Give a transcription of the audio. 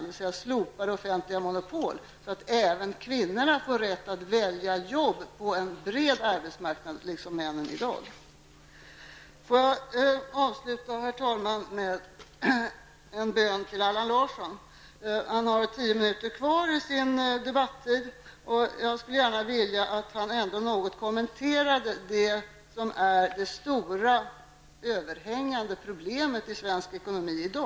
Det gäller att slopa offentliga monopol, så att även kvinnorna får rätt att välja jobb på en bred arbetsmarknad -- i likhet med vad som gäller för män i dag. Herr talman! Sedan har jag en bön till Allan Larsson, som ju har rätt till ytterligare ett tiominutersinlägg. Jag skulle nämligen vilja att finansministern något kommenterar det som är det stora och överhängande problemet i svensk ekonomi i dag.